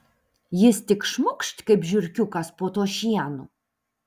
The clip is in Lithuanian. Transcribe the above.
jis tik šmukšt kaip žiurkiukas po tuo šienu